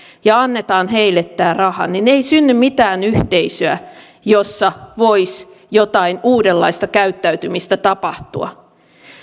ja annamme heille tämän rahan niin ei synny mitään yhteisöä jossa voisi jotain uudenlaista käyttäytymistä tapahtua